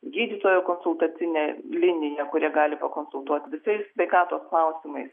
gydytojų konsultacinė liniją kurie gali pakonsultuot visais sveikatos klausimais